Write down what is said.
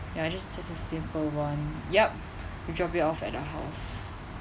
ya just just a simple [one] yup we drop it off at the house